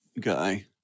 guy